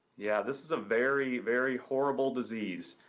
yeah, this is a very, very horrible disease,